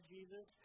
Jesus